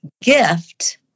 gift